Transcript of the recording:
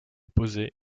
posés